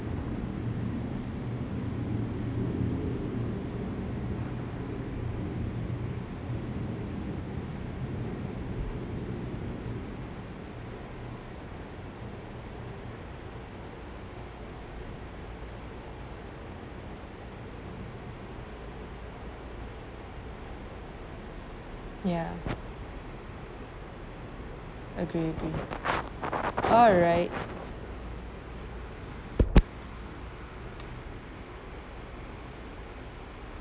ya agree agree alright